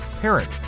parent